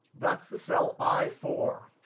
that's the cell i four.